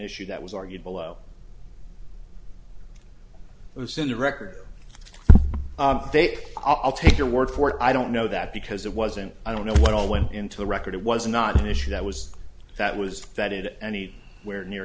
issue that was argued below it was in the record they i'll take your word for it i don't know that because it wasn't i don't know what all went into the record it was not an issue that was that was vetted any where near